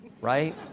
right